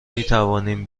میتوانیم